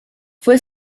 fue